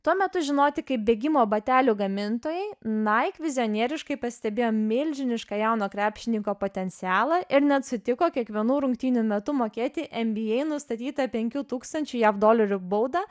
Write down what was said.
tuo metu žinoti kaip bėgimo batelių gamintojai nike vizionieriškai pastebėjo milžinišką jauno krepšininko potencialą ir net sutiko kiekvienų rungtynių metu mokėti nba nustatytą penkių tūkstančių jav dolerių baudą